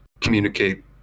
communicate